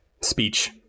speech